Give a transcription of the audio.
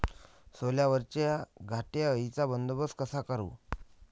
सोल्यावरच्या घाटे अळीचा बंदोबस्त कसा करू?